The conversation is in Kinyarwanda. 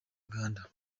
uganda